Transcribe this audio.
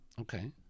Okay